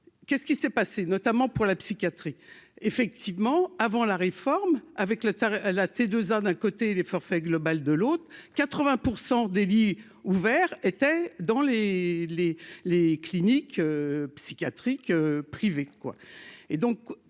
qu'est-ce qui s'est passé, notamment pour la psychiatrie effectivement avant la réforme avec le tarif, la T2A, d'un côté les forfaits global de l'autre, 80 pour 100 des lits ouverts étaient dans les, les, les cliniques psychiatriques privées